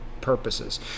purposes